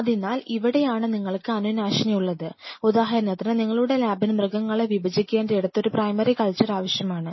അതിനാൽ ഇവിടെയാണ് നിങ്ങൾക്ക് അണുനാശിനി ഉള്ളത് ഉദാഹരണത്തിന് നിങ്ങളുടെ ലാബിന് മൃഗങ്ങളെ വിഭജിക്കേണ്ടയിടത്ത് ഒരു പ്രൈമറി കൾച്ചർ ആവശ്യമാണ്